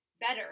better